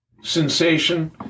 sensation